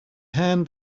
hand